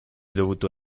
dovuto